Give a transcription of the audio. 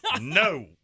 no